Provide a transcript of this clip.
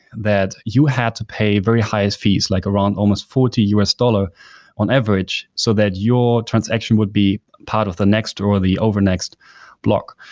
that you had to pay very highest fees, like around almost forty dollars on average so that your transaction would be part of the next or the over next block.